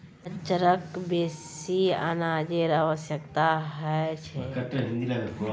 खच्चरक बेसी अनाजेर आवश्यकता ह छेक